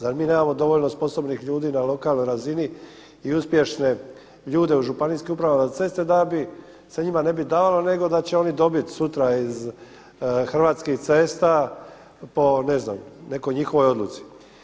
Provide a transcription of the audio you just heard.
Zar mi nemamo dovoljno sposobnih ljudi na lokalnoj razini i uspješne ljude u županijskim upravama za ceste da bi, se njima ne bi dalo nego da će oni dobiti sutra iz Hrvatskih cesta po ne znam nekoj njihovoj odluci.